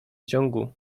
ciągu